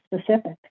specific